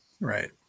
Right